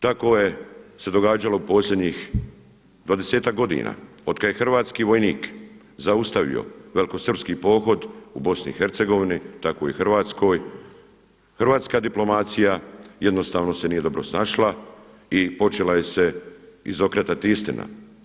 Tako se događalo posljednjih dvadesetak godina od kada je hrvatski vojnik zaustavio velikosrpski pohod u BiH tako i u Hrvatskoj hrvatska diplomacija jednostavno se nije dobro snašla i počela se izokretati istina.